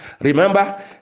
Remember